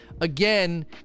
Again